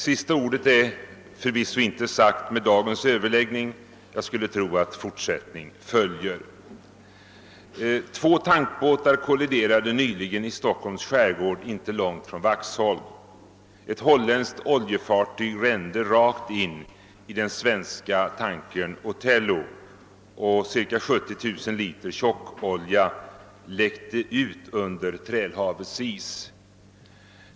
Sista ordet är förvisso inte sagt med dagens överläggning; jag skulle tro att fortsättning följer. Två tankbåtar kolliderade nyligen i Stockholms skärgård inte långt från Vaxholm. Ett holländskt oljefartyg rände rakt in i den svenska tankern Otello, och ca 70 000 liter tjockolja läckte ut under Trälhavets is.